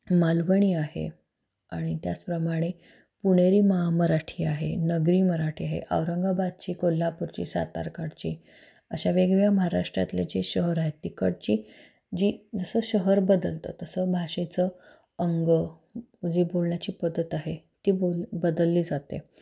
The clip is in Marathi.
मालवणी आहे आणि त्याचप्रमाणे पुणेरी महामराठी आहे नगरी मराठी आहे औरंगाबादची कोल्हापूरची सातारकडची अशा वेगवेगळ्या महाराष्ट्रातले जे शहर आहेत तिकडची जी जसं शहर बदलतं तसं भाषेचं अंग जी बोलण्याची पद्धत आहे ती बोल बदलली जाते